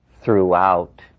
throughout